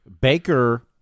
Baker